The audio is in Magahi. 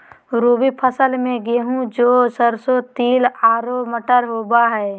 रबी फसल में गेहूं, जौ, सरसों, तिल आरो मटर होबा हइ